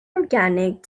organic